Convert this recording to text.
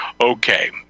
okay